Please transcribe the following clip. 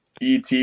et